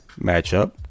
matchup